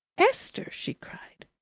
esther! she cried.